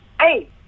Hey